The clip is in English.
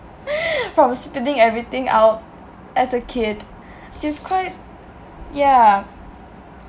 from spitting everything out as a kid which is quite yah